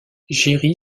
jerry